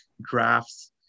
drafts